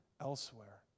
elsewhere